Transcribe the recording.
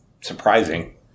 surprising